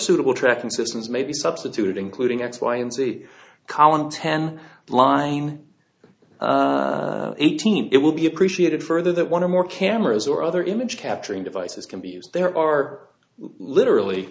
suitable tracking systems may be substituted including x y and z column ten line eighteen it will be appreciated further that one or more cameras or other image capturing devices can be used there are literally